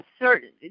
certain